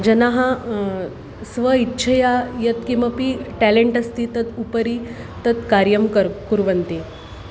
जनाः स्व इच्छया यत्किमपि टेलेण्ट् अस्ति तत् उपरि तत् कार्यं कर् कुर्वन्ति